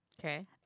Okay